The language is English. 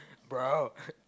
bro